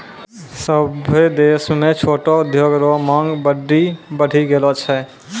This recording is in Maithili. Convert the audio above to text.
सभ्भे देश म छोटो उद्योग रो मांग बड्डी बढ़ी गेलो छै